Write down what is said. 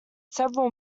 several